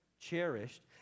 cherished